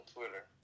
Twitter